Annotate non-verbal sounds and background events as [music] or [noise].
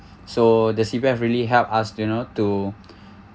so the C_P_F really help us you know to [breath]